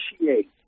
appreciate